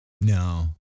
No